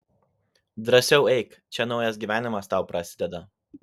drąsiau eik čia naujas gyvenimas tau prasideda